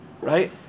Right